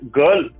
girl